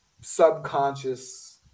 subconscious